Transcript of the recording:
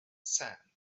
sand